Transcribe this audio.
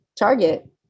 target